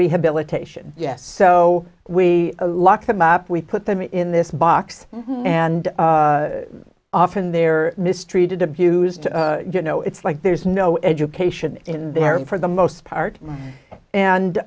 rehabilitation yes so we lock them up we put them in this box and often they're mistreated abused you know it's like there's no education in there for the most part